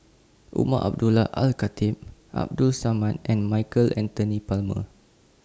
Umar Abdullah Al Khatib Abdul Samad and Michael Anthony Palmer